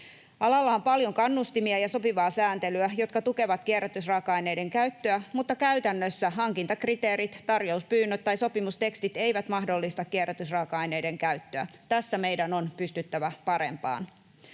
Alalla on paljon kannustimia ja sopivaa sääntelyä, jotka tukevat kierrätysraaka-aineiden käyttöä, mutta käytännössä hankintakriteerit, tarjouspyynnöt tai sopimustekstit eivät mahdollista kierrätysraaka-aineiden käyttöä. Tässä meidän on pystyttävä parempaan.